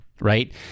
right